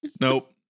Nope